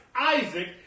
Isaac